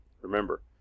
Remember